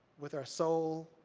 with our soul,